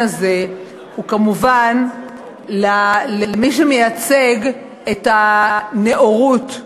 הזה הוא כמובן למי שמייצג את הנאורות,